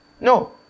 No